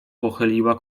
pochyliła